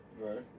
Right